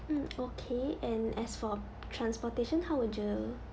mm okay and as for transportation how would you